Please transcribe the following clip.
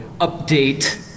update